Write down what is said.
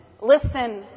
Listen